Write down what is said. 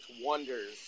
wonders